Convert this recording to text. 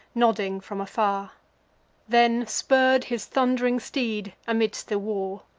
nodding from afar then spurr'd his thund'ring steed amidst the war.